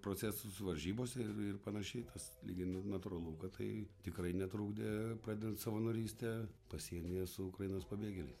procesus varžybose ir ir panašiai tas lygiai na natūralu kad tai tikrai netrukdė pradėt savanorystę pasienyje su ukrainos pabėgėliais